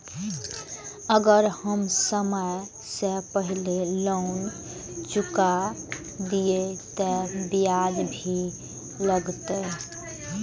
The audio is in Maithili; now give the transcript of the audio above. अगर हम समय से पहले लोन चुका देलीय ते ब्याज भी लगते?